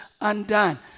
undone